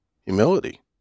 Humility